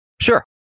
Sure